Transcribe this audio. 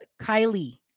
Kylie